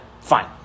Fine